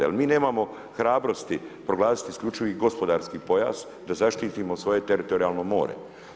Ali mi nemamo hrabrosti proglasiti isključivi gospodarski pojas da zaštitimo svoje teritorijalno more.